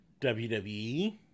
WWE